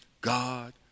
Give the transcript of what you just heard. God